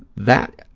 that,